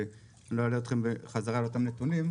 ולא אלאה אתכם שוב באותם נתונים.